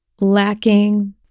lacking